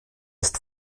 ist